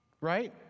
right